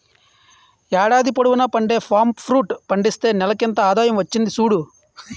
ఏడాది పొడువునా పండే పామ్ ఫ్రూట్ పండిస్తే నెలకింత ఆదాయం వచ్చింది సూడు